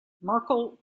merkel